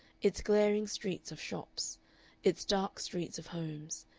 its glaring streets of shops its dark streets of homes,